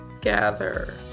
gather